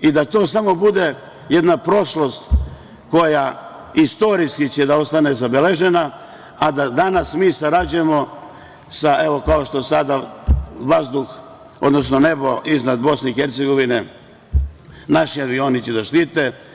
i da to samo bude jedna prošlost koja će istorijski da ostane zabeležena, a danas mi sarađujemo sa, evo, kao što će sada nebo iznad BiH naši avioni da štite.